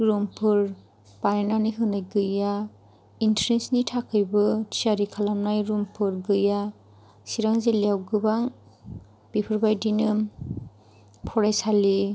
रुमफोर बानायनानै होनाय गैया इन्ट्रेस्टनि थाखायबो थियारि खालामनाय रुमफोर गैया चिरां जिल्लायाव गोबां बेफोरबायदिनो फरायसालि